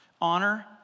Honor